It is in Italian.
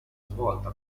svolta